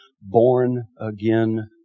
born-again